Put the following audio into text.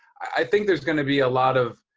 i think there's going to be a lot of,